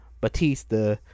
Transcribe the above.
Batista